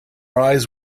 eyes